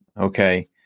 Okay